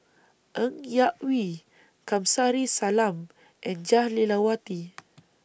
Ng Yak Whee Kamsari Salam and Jah Lelawati